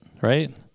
right